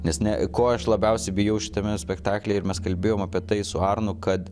nes ne ko aš labiausiai bijau šitame spektaklyje ir mes kalbėjom apie tai su arnu kad